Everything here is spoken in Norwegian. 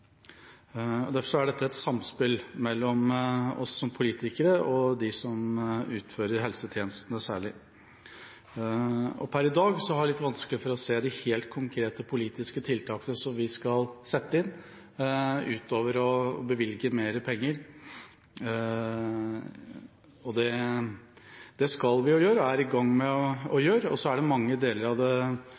– derfor er dette et samspill mellom oss som politikere og de som utfører helsetjenestene særlig. Per i dag har jeg litt vanskelig for å se de helt konkrete, politiske tiltakene som vi skal sette inn, utover å bevilge mer penger. Det skal vi jo gjøre, og det er vi i gang med å gjøre. Så er det mange deler av både det